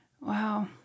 Wow